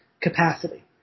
capacity